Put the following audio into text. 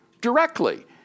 directly